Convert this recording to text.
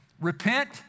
repent